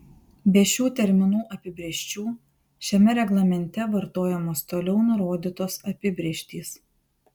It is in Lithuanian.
be šių terminų apibrėžčių šiame reglamente vartojamos toliau nurodytos apibrėžtys